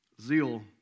zeal